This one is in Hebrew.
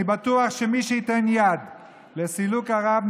אני בטוח שמי שייתן יד לסילוק הרב,